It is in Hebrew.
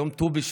היום ט"ו בשבט,